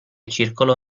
circolo